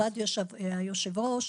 כבוד היושב-ראש,